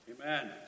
Amen